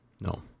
No